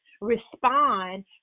respond